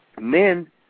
men